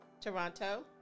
Toronto